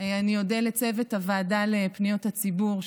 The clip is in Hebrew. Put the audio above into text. אני אודה לצוות הוועדה לפניות הציבור,